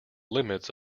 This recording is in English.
limits